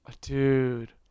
Dude